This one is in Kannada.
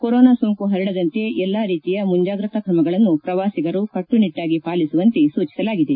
ಕೊರೊನಾ ಸೋಂಕು ಹರಡಂತೆ ಎಲ್ಲಾ ರೀತಿಯ ಮುಂಜಾಗ್ರತಾ ಕ್ರಮಗಳನ್ನು ಶ್ರವಾಸಿಗರು ಕಟ್ಟುನಿಟ್ಟಾಗಿ ಪಾಲಿಸುವಂತೆ ಸೂಚಿಸಲಾಗಿದೆ